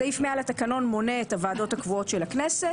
סעיף 100 לתקנון מונה את הוועדות הקבועות של הכנסת.